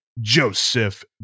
Joseph